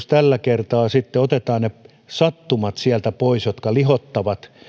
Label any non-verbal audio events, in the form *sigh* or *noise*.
*unintelligible* tällä kertaa otetaan sieltä pois ne sattumat jotka lihottavat